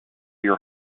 your